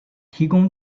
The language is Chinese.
提供